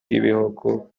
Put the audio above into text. bw’ibihugu